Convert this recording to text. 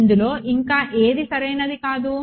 ఇందులో ఇంకా ఏది సరైనది కాదు